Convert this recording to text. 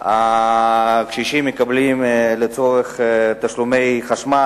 שקשישים מקבלים לצורך תשלומי חשמל,